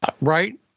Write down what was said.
Right